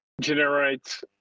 generate